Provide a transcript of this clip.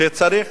שצריך